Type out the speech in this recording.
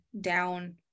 down